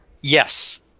Yes